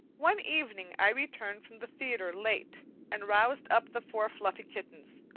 one evening i returned from the theatre late and roused up the four fluffy kittens,